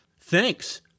Thanks